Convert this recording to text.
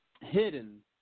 hidden